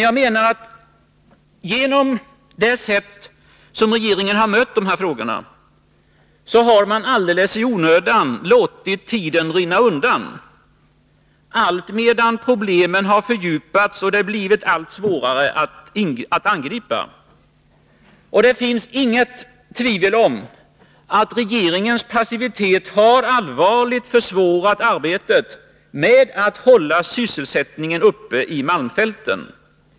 Jag menar att regeringen genom det sätt på vilket den mött de här frågorna alldeles i onödan låtit tiden rinna undan, allt medan problemen har fördjupats och de blivit allt svårare att angripa. Det är inget tvivel om att regeringens passivitet allvarligt har försvårat arbetet med att hålla sysselsättningen uppe i malmfälten.